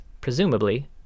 presumably